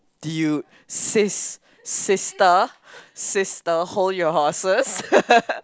dude sis sister sister hold your horses